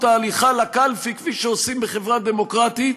ההליכה לקלפי כפי שעושים בחברה דמוקרטית,